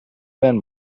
been